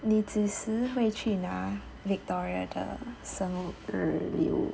你几时会去拿 victoria 的生日礼物